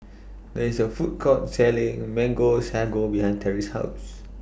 There IS A Food Court Selling Mango Sago behind Terry's House